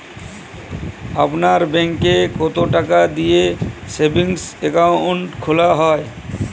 আপনার ব্যাংকে কতো টাকা দিয়ে সেভিংস অ্যাকাউন্ট খোলা হয়?